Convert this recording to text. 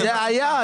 היה.